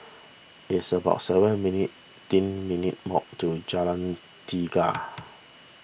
it's about seven minutes' teen minute to Jalan Tiga